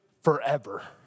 forever